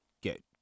get